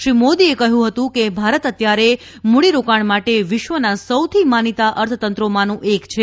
શ્રી મોદીએ કહ્યું હતું ભારત અત્યારે મૂડીરોકાણ માટે વિશ્વના સૌથી માનીતાં અર્થતંત્રોમાનું એક છે